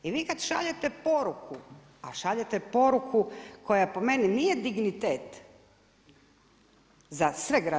I vi kad šaljete poruku, a šaljete poruku koja po meni nije dignitet za sve građane.